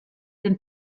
den